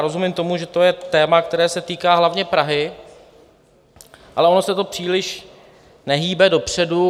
Rozumím tomu, že to je téma, které se týká hlavně Prahy, ale ono se to příliš nehýbe dopředu.